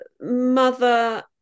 mother